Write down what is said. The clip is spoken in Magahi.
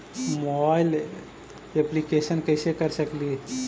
मोबाईल येपलीकेसन कैसे कर सकेली?